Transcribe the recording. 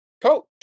Coach